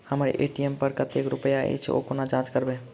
हम्मर ए.टी.एम पर कतेक रुपया अछि, ओ कोना जाँच करबै?